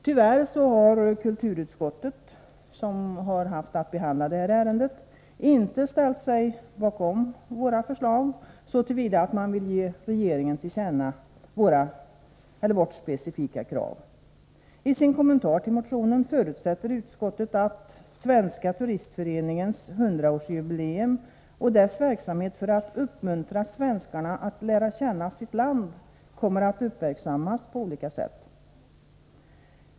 Tyvärr har kulturutskottet, som har haft att behandla det här ärendet, inte ställt sig bakom våra förslag så till vida att man vill ge regeringen till känna vårt specifika krav. I sin kommentar till motionen förutsätter utskottet att Svenska turistföreningens hundraårsjubileum och dess verksamhet för att uppmuntra svenskarna att lära känna sitt land kommer att uppmärksammas på olika sätt.